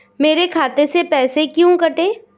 मेरे खाते से पैसे क्यों कटे?